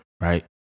Right